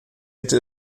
hätte